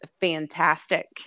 fantastic